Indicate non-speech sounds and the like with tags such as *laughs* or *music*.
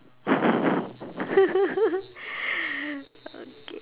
*laughs* okay